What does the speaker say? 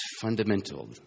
fundamental